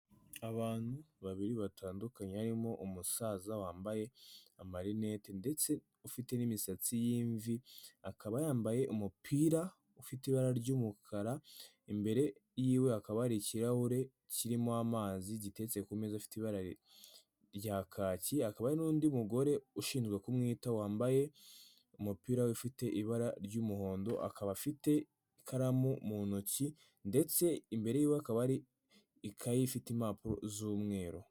Abantu babiri batandukanye harimo umusaza wambaye amarinete ndetse ufite n'imisatsi y'imvi, akaba yambaye umupira ufite ibara ry'umukara, imbere yiwe hakaba hari ikirahure kirimo amazi giteretse ku meza afite ibara rya kaki, hakaba hari n'undi mugore ushinzwe kumwitaho wambaye umupira ufite ibara ry'umuhondo, akaba afite ikaramu mu ntoki ndetse imbere ye hakaba hari ikaye ifite impapuro z'umweru.